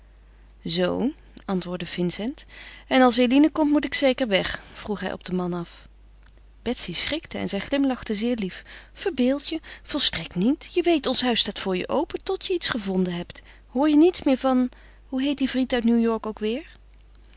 zoo antwoordde vincent en als eline komt moet ik zeker weg vroeg hij op den man af betsy schrikte en zij glimlachte zeer lief verbeeld je volstrekt niet je weet ons huis staat voor je open tot je iets gevonden hebt hoor je niets meer van hoe heet die vriend uit new-york ook weêr